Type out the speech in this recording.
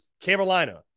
Carolina